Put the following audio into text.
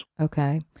Okay